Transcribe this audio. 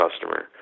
customer